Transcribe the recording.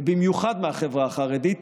ובמיוחד מהחברה החרדית,